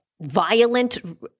violent